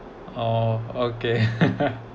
oh okay